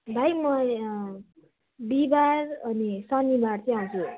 भाइ म बिहीबार अनि शनिबार चाहिँ आउँछु